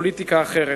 "פוליטיקה אחרת",